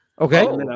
Okay